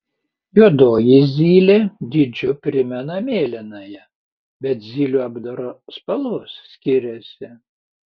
juodoji zylė dydžiu primena mėlynąją bet zylių apdaro spalvos skiriasi